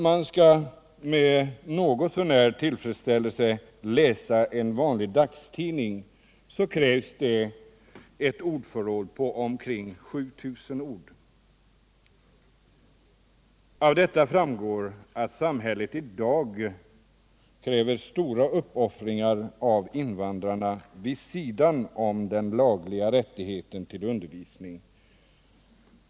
För att något så när tillfredsställande kunna läsa en vanlig dagstidning krävs ett ordförråd på omkring 7000 ord. Av detta framgår att samhället i dag kräver stora uppoffringar av invandrare vid sidan om den lagliga rättigheten till undervisning.